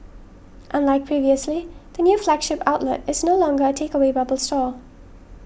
unlike previously the new flagship outlet is no longer a takeaway bubble store